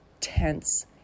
tense